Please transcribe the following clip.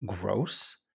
gross